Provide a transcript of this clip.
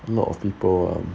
lots of people um